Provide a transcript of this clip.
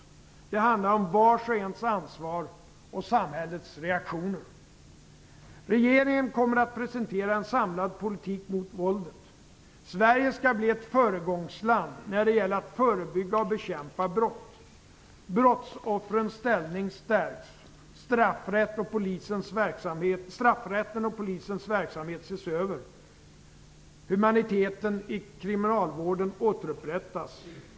Det handlar om vars och ens ansvar och samhällets reaktioner. Regeringen kommer att presentera en samlad politik mot våldet. Sverige skall bli ett föregångsland när det gäller att förebygga och bekämpa brott. Brottsoffrens ställning stärks. Straffrätten och polisens verksamhet ses över. Humaniteten i kriminalvården återupprättas.